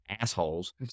assholes